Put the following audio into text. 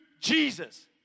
Jesus